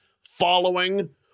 following